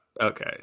Okay